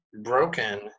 broken